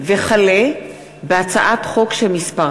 וכלה בהצעת חוק מס'